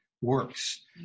works